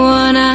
one